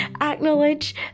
Acknowledge